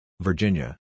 Virginia